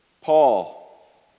Paul